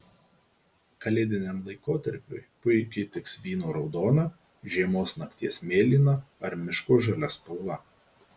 kalėdiniam laikotarpiui puikiai tiks vyno raudona žiemos nakties mėlyna ar miško žalia spalva